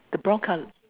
the brown colour